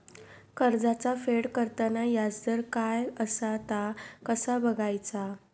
कर्जाचा फेड करताना याजदर काय असा ता कसा बगायचा?